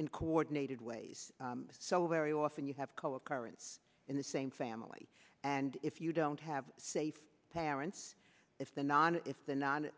in coordinated ways so very often you have co occurrence in the same family and if you don't have safe parents if the non if the non